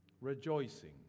rejoicing